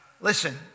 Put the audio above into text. Listen